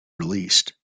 released